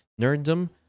nerddom